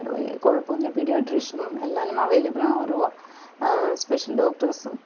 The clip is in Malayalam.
അവിടെ വലിയ കുഴപ്പമൊന്നുമില്ല പീഡിയാട്രിഷനും എല്ലാനും അവൈലബിൾ ആണ് ഓരോ സ്പെഷ്യൽ ഡോക്ടേർസും